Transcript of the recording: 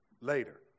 later